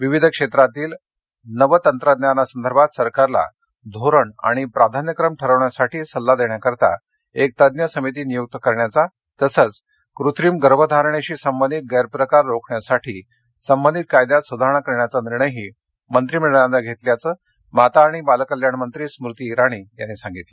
विविध क्षेत्रातील नव तंत्रज्ञानासंदर्भात सरकारला धोरण आणि प्राधान्यक्रम ठरवण्यासाठी सल्ला देण्याकरता एक तज्ज्ञ समिती नियूक करण्याचा तसंच कृत्रिम गर्भधारणेशी संबंधित गैरप्रकार रोखण्यासाठी संबंधित कायद्यात सुधारणा करण्याचा निर्णयही मंत्रिमंडळानं घेतल्याचं माता आणि बालकल्याण मंत्री स्मृती इराणी यांनी सांगितलं